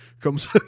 comes